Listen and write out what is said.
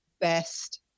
best